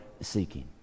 seeking